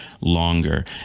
longer